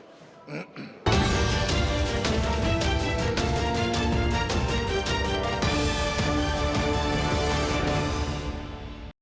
Дякую.